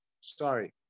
Sorry